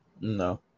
No